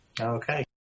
Okay